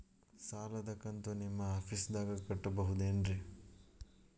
ಸಾಲದ ಕಂತು ನಿಮ್ಮ ಆಫೇಸ್ದಾಗ ಕಟ್ಟಬಹುದೇನ್ರಿ?